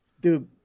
Dude